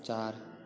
चार